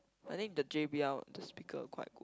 I think the J_B_L the speaker quite good